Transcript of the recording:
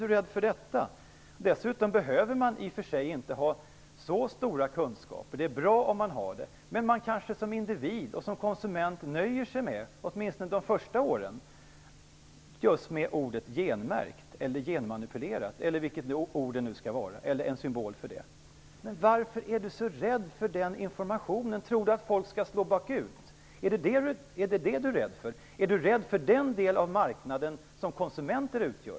Det är bra att ha goda kunskaper, men man behöver i och för sig inte ha så goda kunskaper som individ och konsument. Åtminstone de första åren nöjer sig kanske konsumenterna med ordet "genmärkt", "genmanipulerat", eller vilket ord alternativt vilken symbol det nu skall vara. Men varför är Peter Weibull Bernström så rädd för den informationen? Tror han att folk skall slå bakut? Är det det som han är rädd för? Är han rädd för den del av marknaden som konsumenterna utgör?